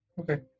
Okay